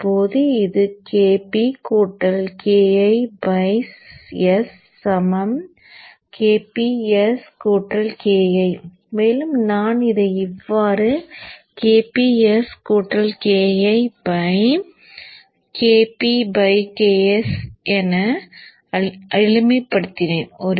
இப்போது இது Kp Ki s Kp s Ki மேலும் நான் இதை இவ்வாறு Kp s Ki Kp s என எளிமைபடுத்தினேன்